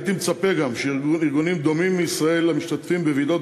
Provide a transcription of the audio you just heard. הייתי מצפה גם שארגונים דומים בישראל המשתתפים בוועידות